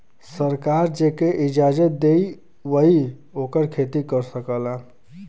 सरकार जेके इजाजत देई वही ओकर खेती कर सकेला